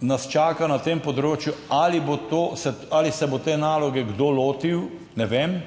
nas čaka na tem področju, ali bo to, ali se bo te naloge kdo lotil, ne vem,